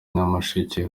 nyamasheke